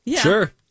Sure